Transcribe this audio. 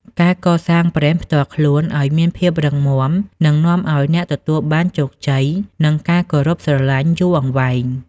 ការកសាងប្រេនផ្ទាល់ខ្លួន ឱ្យមានភាពរឹងមាំ នឹងនាំឱ្យអ្នកទទួលបានជោគជ័យ និងការគោរពស្រឡាញ់យូរអង្វែង។